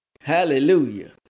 Hallelujah